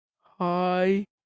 hi